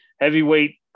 Heavyweight